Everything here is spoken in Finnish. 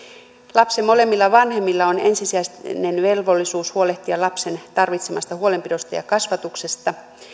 lapsen molemmilla vanhemmilla on ensisijainen velvollisuus huolehtia lapsen tarvitsemasta huolenpidosta ja kasvatuksesta